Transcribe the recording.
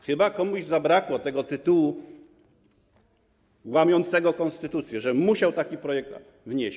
Chyba komuś zabrakło tego tytułu łamiącego konstytucję, że musiał taki projekt wnieść.